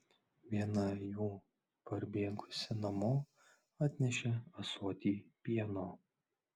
viena jų parbėgusi namo atnešė ąsotį pieno